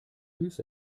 vus